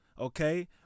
Okay